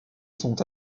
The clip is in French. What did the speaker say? sont